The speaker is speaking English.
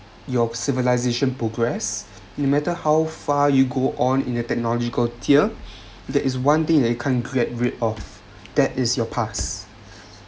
your civilisation progress no matter how far you go on in a technological tier that is one thing that you can’t get rid of that is your past